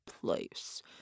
place